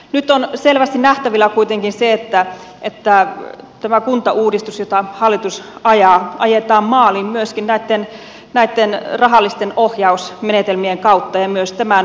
nyt on selvästi nähtävillä kuitenkin se että tämä kuntauudistus jota hallitus ajaa ajetaan maaliin myöskin näitten rahallisten ohjausmenetelmien kautta ja myös tämän vuosiuudistuksen avulla